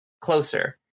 Closer